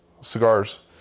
Cigars